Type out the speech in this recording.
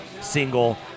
single